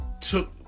took